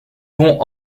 pont